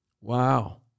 Wow